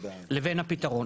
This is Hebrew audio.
לבין הפתרון.